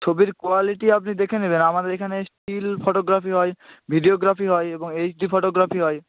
ছবির কোয়ালিটি আপনি দেখে নেবেন আমাদের এখানে স্টিল ফটোগ্রাফি হয় ভিডিওগ্রাফি হয় এবং এইচ ডি ফটোগ্রাফি হয়